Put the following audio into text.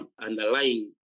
underlying